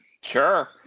Sure